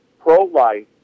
pro-life